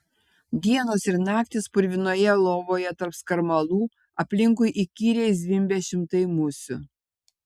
dienos ir naktys purvinoje lovoje tarp skarmalų aplinkui įkyriai zvimbia šimtai musių